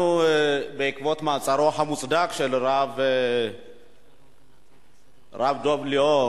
בעקבות מעצרו המוצדק של הרב דב ליאור,